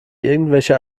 irgendwelche